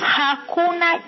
hakuna